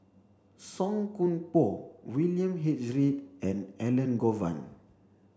Song Koon Poh William H Read and Elangovan